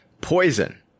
poison